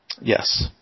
Yes